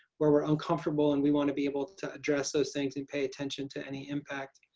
where we're uncomfortable and we want to be able to address those things and pay attention to any impact.